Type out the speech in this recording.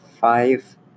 five